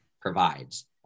provides